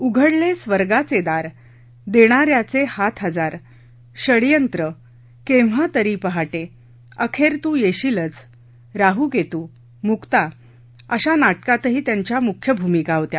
उघडले स्वर्गाचे दार देणा यचे हात हजार षडयंत्र केव्हातरी पहाटे अखेर तू येशीलच राहू केतू मुक्ता अशा नाटकातही त्यांच्या मुख्य भूमिका होत्या